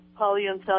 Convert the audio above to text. polyunsaturated